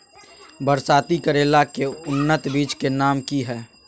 बरसाती करेला के उन्नत बिज के नाम की हैय?